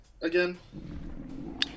again